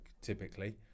typically